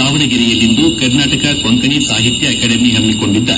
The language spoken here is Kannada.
ದಾವಣಗೆರೆಯಲ್ಲಿಂದು ಕರ್ನಾಟಕ ಕೊಂಕಣಿ ಸಾಹಿತ್ಯ ಅಕಾಡೆಮಿ ಹಮ್ಮಿಕೊಡಿದ್ದ